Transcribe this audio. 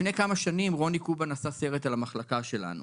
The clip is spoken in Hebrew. לפני כמה שנים רוני קובן עשה סרט על המחלקה שלנו.